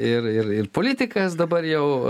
ir ir ir politikas dabar jau